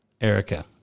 Erica